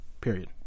Period